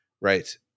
Right